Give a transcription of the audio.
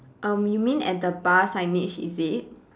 um you mean at the bar signage is it